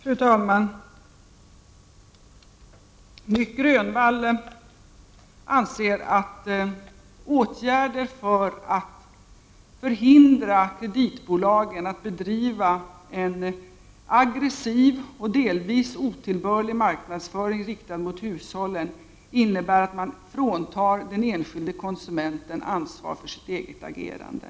Fru talman! Nic Grönvall anser att åtgärder för att förhindra kreditbolagen att bedriva en aggressiv och delvis otillbörlig marknadsföring riktad mot hushållen innebär att man fråntar den enskilde konsumenten ansvaret för sitt eget agerande.